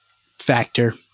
factor